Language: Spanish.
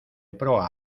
proa